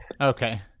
Okay